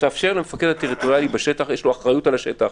למפקד הטריטוריאלי יש אחריות על השטח,